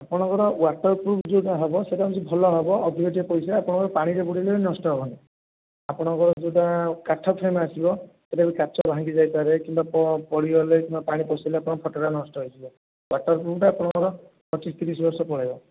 ଆପଣଙ୍କର waterproof ଯେଉଁଟା ହେବ ସେଇଟା ହେଉଛି ଭଲ ହେବ ଅଧିକ ଟିକିଏ ପଇସା ଆପଣଙ୍କର ପାଣିରେ ବୁଡ଼ାଇଲେ ବି ନଷ୍ଟ ହେବନି ଆପଣଙ୍କର ଯେଉଁଟା କାଠ ଫ୍ରେମ୍ ଆସିବ ସେଇଟା ବି କାଚ ବି ଭାଙ୍ଗି ଯାଇପାରେ କିମ୍ବା ପଡ଼ିଗଲେ କିମ୍ବା ପାଣି ପଶିଲେ ଆପଣଙ୍କର ଫଟୋଟା ନଷ୍ଟ ହୋଇଯିବ ୱାଟର୍ ପୃଫ୍ଟା ଆପଣଙ୍କର ପଚିଶ ତିରିଶ ବର୍ଷ ପଳାଇବ